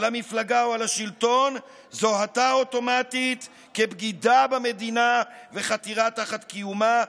על המפלגה או על השלטון זוהתה אוטומטית כבגידה במדינה וחתירה תחת קיומה,